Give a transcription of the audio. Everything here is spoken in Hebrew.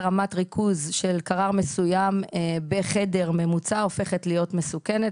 רמת ריכוז של קרר מסוים בחדר ממוצע הופכת להיות מסוכנת.